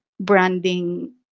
branding